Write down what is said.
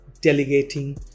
delegating